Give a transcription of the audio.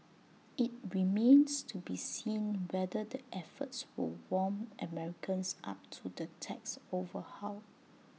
IT remains to be seen whether the efforts will warm Americans up to the tax overhaul